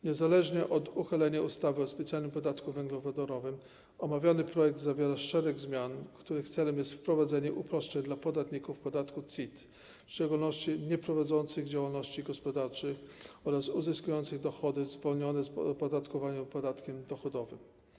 Niezależnie od uchylenia ustawy o specjalnym podatku węglowodorowym omawiany projekt zawiera szereg zmian, których celem jest wprowadzenie uproszczeń dla podatników podatku CIT, w szczególności nieprowadzących działalności gospodarczej oraz uzyskujących dochody zwolnione z opodatkowania podatkiem dochodowym.